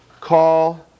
call